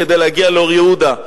כדי להגיע לאור-יהודה,